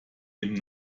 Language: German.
dem